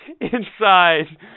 inside